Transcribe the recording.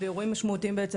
באירועים משמעותיים בעצם,